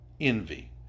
envy